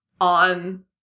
on